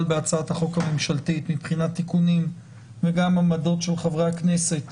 בהצעת החוק הממשלתית מבחינת תיקונים וגם עמדות של חברי הכנסת